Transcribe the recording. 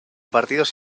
partidos